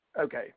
Okay